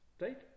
right